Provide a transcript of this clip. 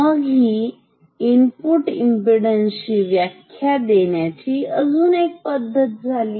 मग ही input impedance ची व्याख्या देण्याची अजून एक पद्धत झाली